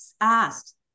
asked